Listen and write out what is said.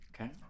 Okay